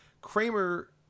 Kramer